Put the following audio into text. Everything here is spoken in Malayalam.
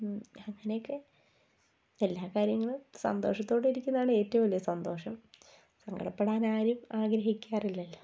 അങ്ങനെയൊക്കെ എല്ലാകാര്യങ്ങളും സന്തോഷത്തോടെ ഇരിക്കുന്നതാണ് ഏറ്റവും വലിയ സന്തോഷം സങ്കടപ്പെടാനാരും ആഗ്രഹിക്കാറില്ലല്ലോ